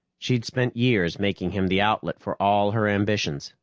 she'd spent years making him the outlet for all her ambitions,